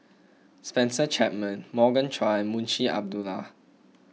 Spencer Chapman Morgan Chua and Munshi Abdullah